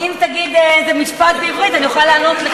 לא, אם תגיד איזה משפט בעברית, אני אוכל לענות לך.